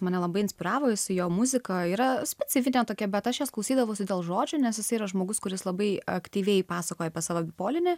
mane labai inspiravo su jo muzika yra specifinė tokia bet aš jos klausydavosi dėl žodžio nes jisai yra žmogus kuris labai aktyviai pasakoja apie savo bipolinį